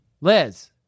Liz